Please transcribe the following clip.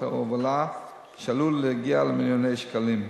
ההובלה שעלול להגיע למיליוני שקלים.